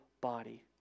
body